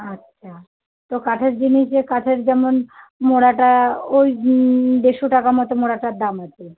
আচ্ছা তো কাঠের জিনিস যে কাঠের যেমন মোড়াটা ওই দেড়শো টাকার মতো মোড়াটার দাম আছে